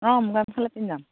অ' মুগা মেখেলা পিন্ধি যাম